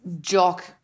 jock